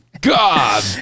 god